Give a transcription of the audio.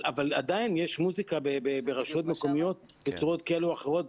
עדיין יש מוסיקה ברשויות מקומיות בצורות כאלה ואחרות,